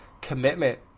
commitment